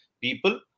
people